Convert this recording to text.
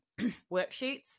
worksheets